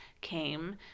came